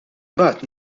mbagħad